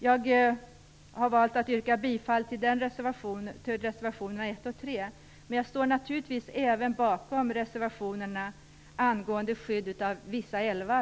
Jag har valt att yrka bifall till reservationerna 1 och 3, men jag står naturligtvis även bakom reservationerna angående skyddet av vissa älvar.